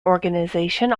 organisation